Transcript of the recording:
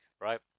right